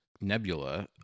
Nebula